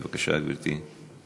בבקשה, גברתי.